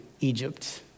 Egypt